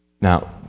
Now